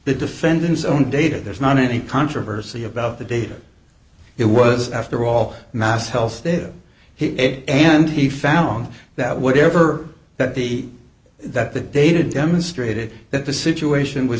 the defendant's own data there's not any controversy about the data it was after all mass health data he ate and he found that whatever that the that the data demonstrated that the situation was